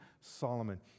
Solomon